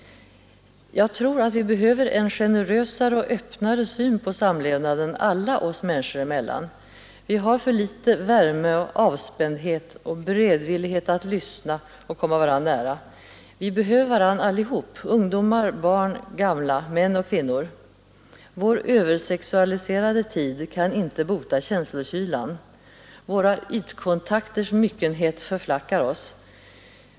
Jag tror att vi behöver en generösare och öppnare syn på samlevnaden alla oss människor emellan. Vi har för litet värme och avspändhet och beredvillighet att lyssna och komma varandra nära. Vi behöver varandra allihop: ungdomar, barn, gamla, män och kvinnor. Vår översexualiserade tid kan inte bota känslokylan. Våra ytkontakters myckenhet tenderar att förflacka oss.